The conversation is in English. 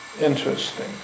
interesting